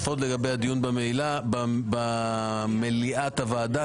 לפחות לגבי הדיון במליאת הוועדה,